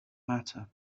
matter